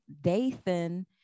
Dathan